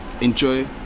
enjoy